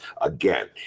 again